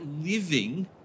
living